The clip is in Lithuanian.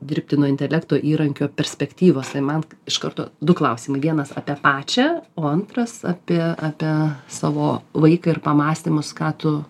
dirbtino intelekto įrankio perspektyvos tai man iš karto du klausimai vienas apie pačią o antras apie apie savo vaiką ir pamąstymus ką tu